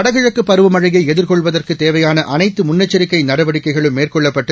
வடகிழக்குப் பருவமழையை எதிர்கொள்வதற்கு தேவையான அனைத்து முன்னெச்சரிக்கை நடவடிக்கைகளும் மேற்கொள்ளப்பட்டு